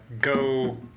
go